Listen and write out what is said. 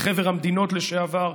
מחבר המדינות לשעבר,